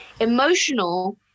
Emotional